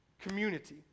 community